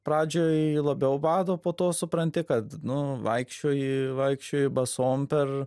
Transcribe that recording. pradžioj labiau bado po to supranti kad nu vaikščioji vaikščioji basom per